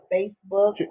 Facebook